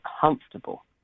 comfortable